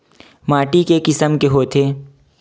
माटी के किसम के होथे?